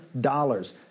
dollars